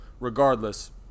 Regardless